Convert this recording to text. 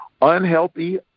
Unhealthy